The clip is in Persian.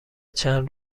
چند